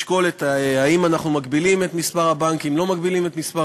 לשקול האם אנחנו מגבילים את מספר הבנקים או לא מגבילים את מספר